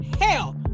hell